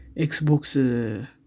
Xbox